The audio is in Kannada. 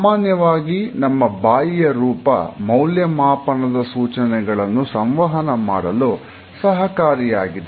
ಸಾಮಾನ್ಯವಾಗಿ ನಮ್ಮ ಬಾಯಿಯ ರೂಪ ಮೌಲ್ಯಮಾಪನದ ಸೂಚನೆಗಳನ್ನು ಸಂವಹನ ಮಾಡಲು ಸಹಕಾರಿಯಾಗಿದೆ